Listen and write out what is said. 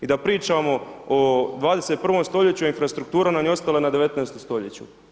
I da pričamo o 21. stoljeću a infrastruktura nam je ostala na 19. stoljeću.